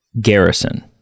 garrison